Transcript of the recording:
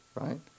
right